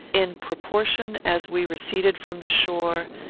in proportion as we receded from the shore,